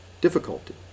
difficulty